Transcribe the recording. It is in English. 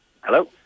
Hello